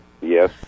Yes